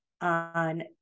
on